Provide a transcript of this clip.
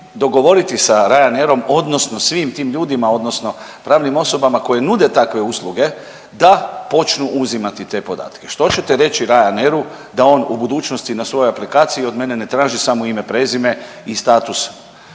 dogovoriti sa Ryanair-om odnosno svim tim ljudima odnosno pravnim osobama koje nude takve usluge da počnu uzimati te podatke. Što ćete reći Ryanair-u da on u budućnosti na svojoj aplikaciji od mene ne traži samo ime prezime i status